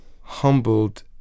humbled